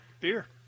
Beer